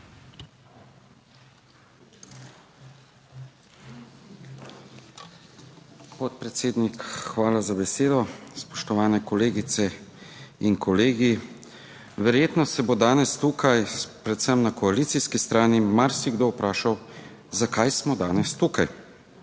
hvala za besedo. Spoštovani kolegice in kolegi! Verjetno se bo danes tukaj predvsem na koalicijski strani marsikdo vprašal, zakaj smo danes tukaj.